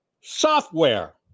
software